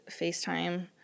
FaceTime